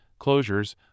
closures